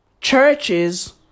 Churches